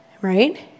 Right